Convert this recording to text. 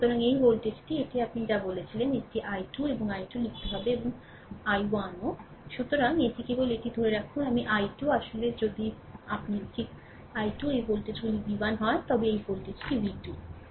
সুতরাং এই ভোল্টেজটি এটিকে আপনি যা বলেছিলেন এটি আমি 2 এবং i 2 লিখতে হবে এবং আমি 1ও সুতরাং এটি কেবল এটি ধরে রাখুন আমি i 2 আসলে যদি আপনি ঠিক i 2 এই ভোল্টেজগুলি v 1 হয় তবে এই ভোল্টেজটি v 2 হয়